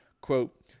Quote